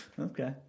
Okay